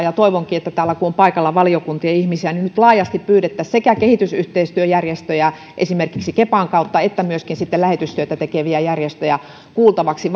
ja toivonkin kun täällä on paikalla valiokuntien ihmisiä että nyt kun tämä asia menee valiokuntaan niin laajasti pyydettäisiin sekä kehitysyhteistyöjärjestöjä esimerkiksi kepan kautta että myöskin lähetystyötä tekeviä järjestöjä kuultavaksi